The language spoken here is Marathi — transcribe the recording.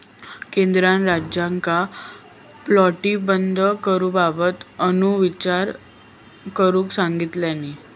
केंद्रान राज्यांका पोल्ट्री बंद करूबाबत पुनर्विचार करुक सांगितलानी